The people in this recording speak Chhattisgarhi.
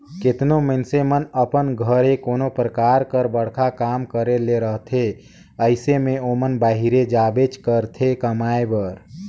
केतनो मइनसे मन अपन घरे कोनो परकार कर बड़खा काम करे ले रहथे अइसे में ओमन बाहिरे जाबेच करथे कमाए बर